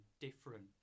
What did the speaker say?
different